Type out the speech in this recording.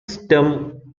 stem